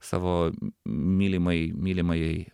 savo mylimai mylimajai